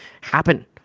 happen